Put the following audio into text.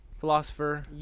philosopher